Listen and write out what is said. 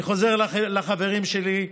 אני חוזר לחברים שלי.